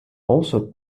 also